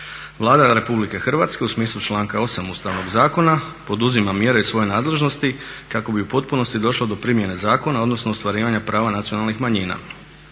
Vlada Republike Hrvatske u smislu članka 8. Ustavnog zakona poduzima mjere iz svoje nadležnosti kako bi u potpunosti došla do primjene zakona odnosno ostvarivanja prava nacionalnih manjina.